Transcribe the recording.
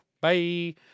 Bye